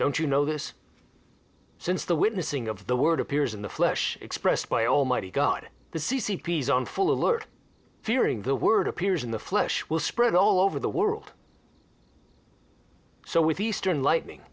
don't you know this since the witnessing of the word appears in the flesh expressed by almighty god the c c p is on full alert fearing the word appears in the flesh will spread all over the world so with eastern lightning